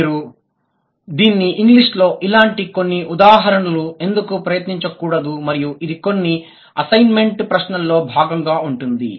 మీరు దీన్ని ఇంగ్లీష్ లో ఇలాంటి కొన్ని ఉదాహరణలు ఎందుకు ప్రయత్నించకూడదు మరియు ఇది కొన్ని అసైన్మెంట్ ప్రశ్నల్లో భాగంగా ఉంటుంది